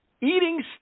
Eating